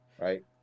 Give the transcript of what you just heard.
right